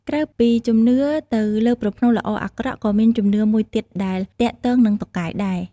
ក្រៅពីជំនឿទៅលើប្រផ្នូលល្អអាក្រក់ ក៏មានជំនឿមួយទៀតដែលទាក់ទងនឹងតុកែដែរ។